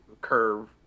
curve